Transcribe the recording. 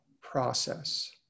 process